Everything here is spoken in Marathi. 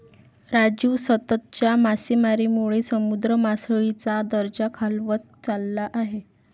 राजू, सततच्या मासेमारीमुळे समुद्र मासळीचा दर्जा खालावत चालला आहे